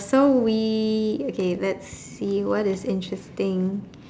so we okay let's see what is interesting